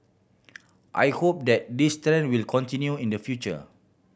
I hope that this tend will continue in the future